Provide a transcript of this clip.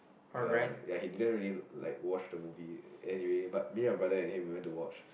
uh ya he didn't really like watch the movie anyway but me and my brother and him we went to watch